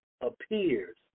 appears